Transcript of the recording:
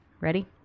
Ready